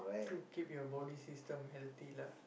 to keep your body system healthy lah